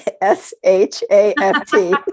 S-H-A-F-T